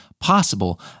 possible